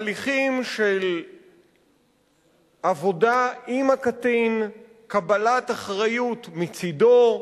הליכים של עבודה עם הקטין, קבלת אחריות מצדו,